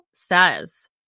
says